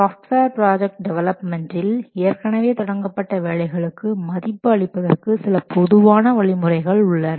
software project டெவலப்மெண்ட்டில் ஏற்கனவே தொடங்கப்பட்ட வேலைகளுக்கு மதிப்பு அளிப்பதற்கு சில பொதுவான வழிமுறைகள் உள்ளன